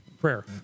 prayer